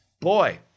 Boy